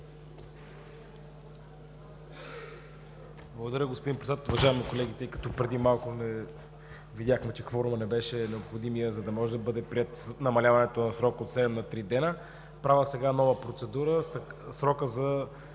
Благодаря, господин Председател.